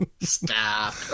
Stop